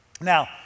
Now